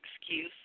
excuse